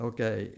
Okay